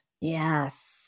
Yes